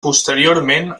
posteriorment